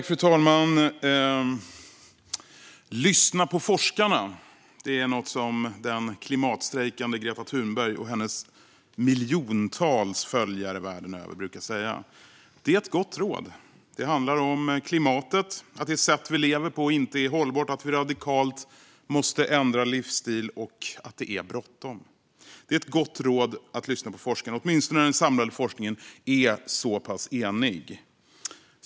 Fru talman! Lyssna på forskarna! Det är något som den klimatstrejkande Greta Thunberg och hennes miljontals följare världen över brukar säga. Det är ett gott råd. Det handlar om klimatet. Det handlar om att det sätt vi lever på inte är hållbart, att vi radikalt måste ändra livsstil och att det är bråttom. Det är ett gott råd att lyssna på forskarna, åtminstone när den samlade forskningen är så pass enig.